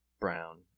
Brown